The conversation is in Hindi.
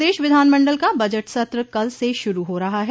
प्रदेश विधान मंडल का बजट सत्र कल से शुरू हो रहा है